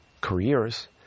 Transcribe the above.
careers